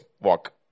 walk